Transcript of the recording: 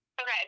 Okay